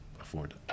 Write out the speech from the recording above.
afford